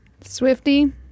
Swifty